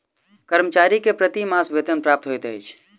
कर्मचारी के प्रति मास वेतन प्राप्त होइत अछि